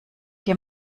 dir